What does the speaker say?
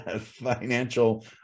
financial